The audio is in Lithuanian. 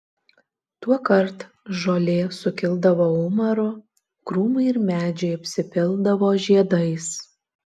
tuokart žolė sukildavo umaru krūmai ir medžiai apsipildavo žiedais